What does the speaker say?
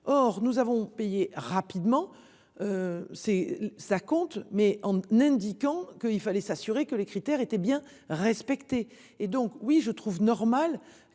Or nous avons payé rapidement. C'est ça compte mais en indiquant qu'il fallait s'assurer que les critères étaient bien respectées et donc oui je trouve normal